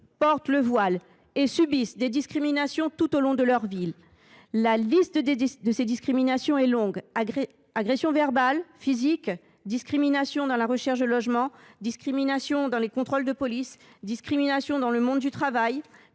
portent le voile et subissent des discriminations tout au long de leur vie. La liste de ces discriminations est longue : agressions verbales, agressions physiques, discriminations lors de la recherche d’un logement, discriminations lors des contrôles de police, discriminations dans le monde du travail,